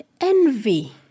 envy